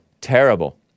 terrible